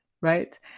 right